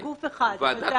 הם רצו שיהיה גוף אחד.